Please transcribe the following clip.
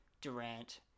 Durant